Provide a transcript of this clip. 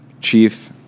chief